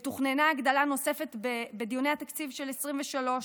ותוכננה הגדלה נוספת בדיוני התקציב של 2023,